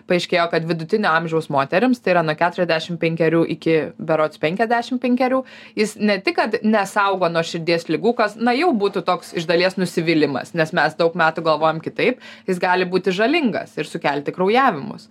paaiškėjo kad vidutinio amžiaus moterims tai yra nuo keturiasdešim penkerių iki berods penkiasdešim penkerių jis ne tik kad nesaugo nuo širdies ligų kas na jau būtų toks iš dalies nusivylimas nes mes daug metų galvojom kitaip jis gali būti žalingas ir sukelti kraujavimus